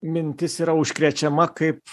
mintis yra užkrečiama kaip